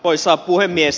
arvoisa puhemies